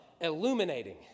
illuminating